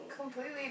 Completely